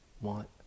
want